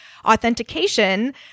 authentication